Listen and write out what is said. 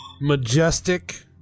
majestic